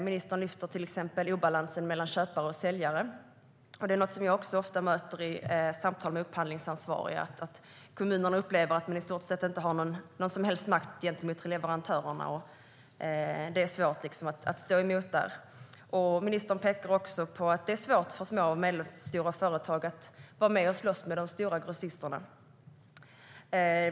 Ministern lyfter till exempel fram obalansen mellan köpare och säljare. Det är något som jag ofta möter i samtal med upphandlingsansvariga. Kommunerna upplever att de i stort sett inte har någon som helst makt gentemot leverantörerna. Det är svårt att stå emot. Ministern pekar också på att det är svårt för små och medelstora företag att vara med och slåss med de stora grossisterna.